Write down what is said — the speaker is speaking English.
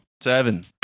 Seven